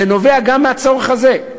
זה נובע גם מהצורך הזה.